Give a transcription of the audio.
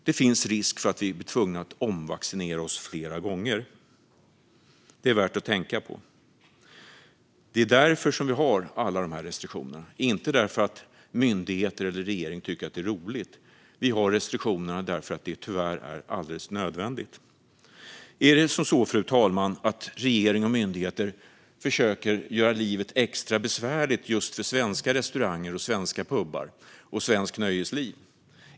Det finns risk för att vi bli tvungna att omvaccinera oss flera gånger. Det är värt att tänka på. Det är därför som vi har alla dessa restriktioner, inte därför att myndigheter eller regeringen tycker att det är roligt. Vi har restriktionerna därför att det tyvärr är alldeles nödvändigt. Fru talman! Är det så att regeringen och myndigheterna försöker göra livet extra besvärligt just för svenska restauranger, svenska pubar och svenskt nöjesliv?